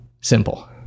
simple